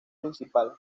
principal